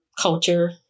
culture